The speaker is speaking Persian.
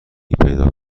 پیدا